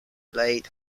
laid